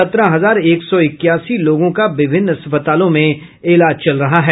सत्रह हजार एक सौ इक्यासी लोगों का विभिन्न अस्पतालों में इलाज चल रहा है